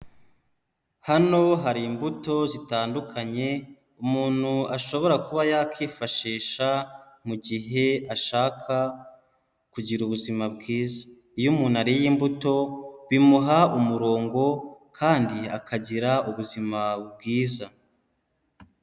Hano hari imbuto zitandukanye umuntu ashobora kuba yakwifashisha mu gihe ashaka kugira ubuzima bwiza. Iyo umuntu ariye imbuto, bimuha umurongo kandi akagira ubuzima bwiza.